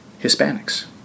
Hispanics